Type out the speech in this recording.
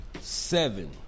seven